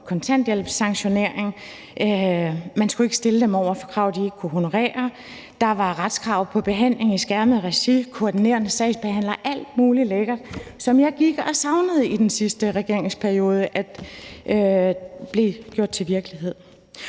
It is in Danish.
kontanthjælpssanktionering, for man skulle ikke stille dem over for krav, de ikke kunne honorere; der var retskrav på behandling i skærmet regi og en koordinerende sagsbehandler; der var alt muligt lækkert, som jeg gik og savnede i den sidste regeringsperiode blev gjort til virkelighed.